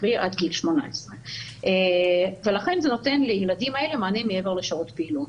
קרי עד גיל 18. לכן זה נותן לילדים האלה מענה מעבר לשעות הפעילות.